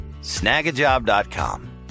Snagajob.com